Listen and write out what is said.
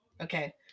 Okay